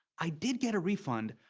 i did get a refund,